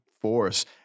force